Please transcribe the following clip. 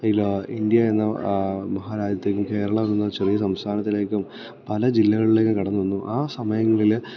India എന്ന മഹാരാജ്യത്തേക്കും കേരളം എന്ന ചെറിയ സംസ്ഥാനത്തിലേക്കും പല ജില്ലകളിലേക്കും കടന്നുവന്നു ആ സമയങ്ങളില്